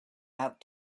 out